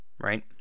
right